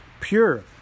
pure